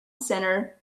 center